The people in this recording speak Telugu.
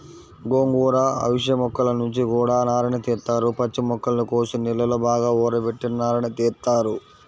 గోంగూర, అవిశ మొక్కల నుంచి గూడా నారని తీత్తారు, పచ్చి మొక్కల్ని కోసి నీళ్ళలో బాగా ఊరబెట్టి నారని తీత్తారు